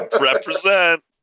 Represent